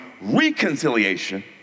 reconciliation